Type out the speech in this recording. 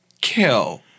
Kill